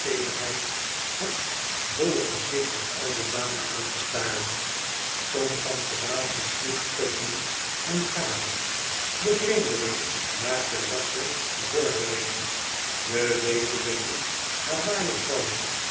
teederheid het bolle gezicht der oude dame aan te staren stom van verbazing sloeg tupman hem gade de vreemdeling maakte rassche vorderingen de weduwe liet haar waaier vallen